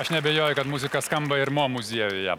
aš neabejoju kad muzika skamba ir mo muziejuje